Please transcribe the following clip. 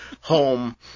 home